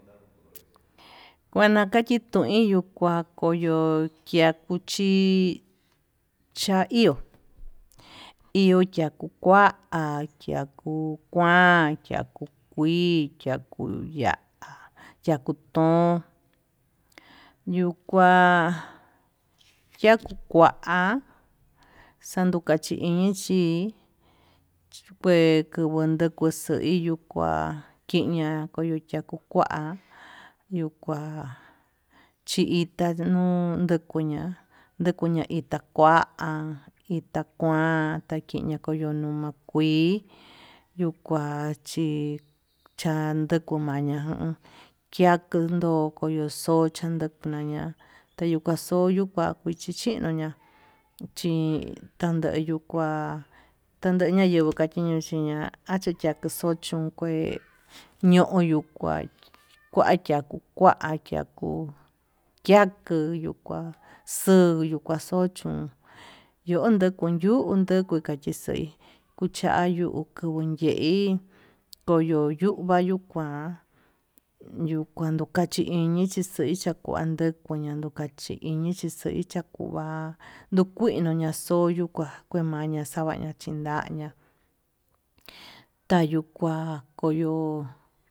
Kuena kachitun kue ka'a koyo, kia kuchi chia iho, iho yaku kua ha yakuu kuan yakuu kui yaku ya'a yakuu tón, yuu kua yakuu kua xandu a'a chi iñi xhii chukue yuku nduku xui yuu kua kiña yuku kuachukua, yuu kua chi ita ñuu yuku ña'a ndukuña ita kua ita kuan uta ñiña kuyuu ita kui yuu kua chi chan nduku maña'a, chikundo koyo xo chakun ma'a tayuka xoyo yuu kua vi chichi noña chin tandeyu kua, tandeya yenguo tuu kaxhi no'o xhiña'a achicha chon kué ño'o yuu kua kuakachiche yuu kua akiaku kia kuu yuu kua xuyuu xukua xo'o chon, yo'o yokonyu kuchixei kuchayu kuvuu yeí koyo yuu kua yuu kuan yuu kuachi kachiiñixi xei xakuayukua yuu kachi, iñi xachui kaku va'a ndukuiña xoyo kua kueí, ñavaña xavaña chindaña tayuu kua koyo.